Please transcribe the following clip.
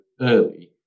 early